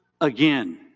Again